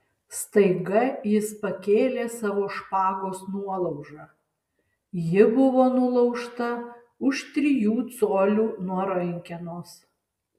staiga jis pakėlė savo špagos nuolaužą ji buvo nulaužta už trijų colių nuo rankenos